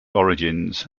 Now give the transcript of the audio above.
origins